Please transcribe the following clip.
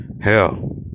hell